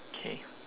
K